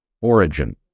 origin